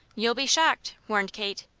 you'll be shocked, warned kate.